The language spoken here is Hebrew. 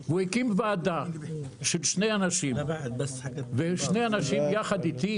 הוא הקים ועדה של שני אנשים יחד איתי.